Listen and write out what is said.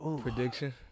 Prediction